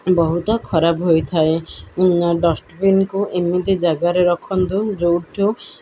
ବହୁତ ଖରାପ ହୋଇଥାଏ ଡଷ୍ଟବିିନକୁ ଏମିତି ଜାଗାରେ ରଖନ୍ତୁ ଯେଉଁଠୁ